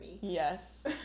Yes